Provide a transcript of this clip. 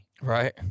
Right